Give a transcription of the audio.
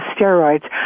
steroids